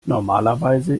normalerweise